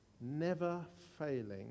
Never-failing